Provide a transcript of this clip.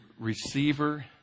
receiver